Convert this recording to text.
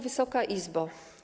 Wysoka Izbo!